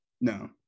No